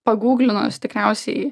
pagūglinus tikriausiai